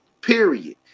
period